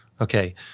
Okay